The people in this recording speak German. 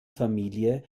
familie